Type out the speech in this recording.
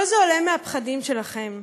כל זה עולה מהפחדים שלכם,